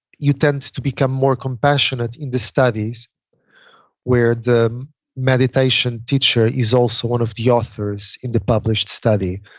you tend to become more compassionate in the studies where the meditation teacher is also one of the authors in the published study.